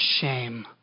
shame